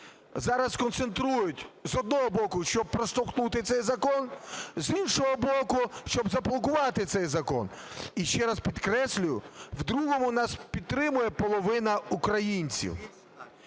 зараз концентрують, з одного боку, щоб проштовхнути цей закон, з іншого боку, щоб заблокувати цей закон. Іще раз підкреслюю, в другому нас підтримує половина українців.